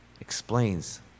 explains